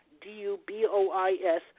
D-U-B-O-I-S